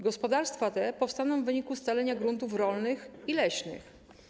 Gospodarstwa te powstaną w wyniku scalenia gruntów rolnych i leśnych.